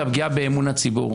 זו הפגיעה באמון הציבור.